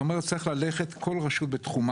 צריך לעשות את זה כל רשות בתחומה,